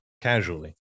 casually